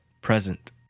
Present